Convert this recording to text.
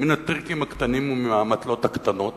מן הטריקים הקטנים ומהאמתלות הקטנות